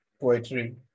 poetry